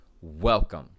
Welcome